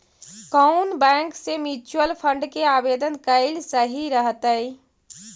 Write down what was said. कउन बैंक से mutual fund के आवेदन कयल सही रहतई?